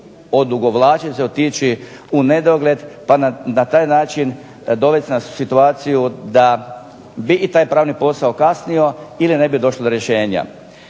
odugovlačiti, otići u nedogled pa na taj način dovesti nas u situaciju da bi i taj pravni posao kasnio ili ne bi došlo do rješenja.